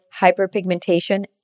hyperpigmentation